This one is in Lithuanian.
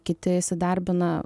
kiti įsidarbina